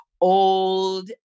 old